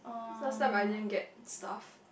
cause last time I didn't get stuff